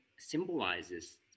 symbolizes